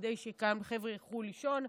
כדי שחבר'ה ילכו לישון,